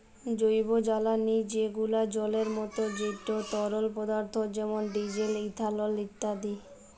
জৈবজালালী যেগলা জলের মত যেট তরল পদাথ্থ যেমল ডিজেল, ইথালল ইত্যাদি